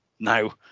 No